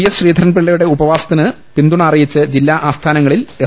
S ശ്രീധ രൻപിള്ളയുടെ ഉപവാസത്തിന് പിന്തുണ അറിയിച്ച് ജില്ലാ ആസ്ഥാ നങ്ങളിൽ എസ്